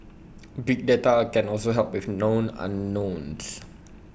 big data can also help with known unknowns